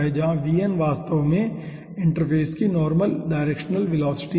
यहाँ यह वास्तव में इंटरफ़ेस की नॉर्मल डायरेक्शनल वेलोसिटी है